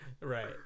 Right